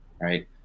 right